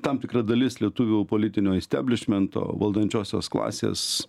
tam tikra dalis lietuvių politinio isteblišmento valdančiosios klasės